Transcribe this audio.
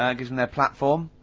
ah, gives em their platform,